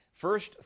First